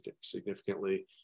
significantly